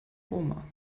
roma